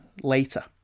later